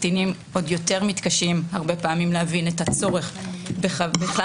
קטינים עוד יותר מתקשים להבין את הצורך ובכלל